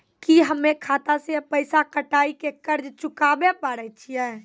की हम्मय खाता से पैसा कटाई के कर्ज चुकाबै पारे छियै?